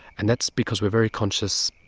and that's because we're very conscious,